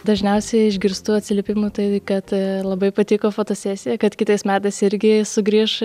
dažniausiai išgirstu atsiliepimų tai kad labai patiko fotosesija kad kitais metais irgi sugrįš